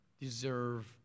deserve